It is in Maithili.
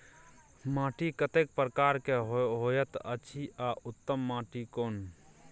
माटी कतेक प्रकार के होयत अछि आ उत्तम माटी कोन?